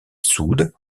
soude